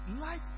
life